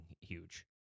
huge